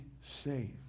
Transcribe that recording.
saved